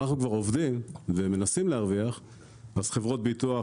אנחנו כבר עובדים ומנסים להרוויח אז חברות ביטוח,